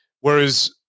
Whereas